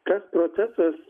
tas procesas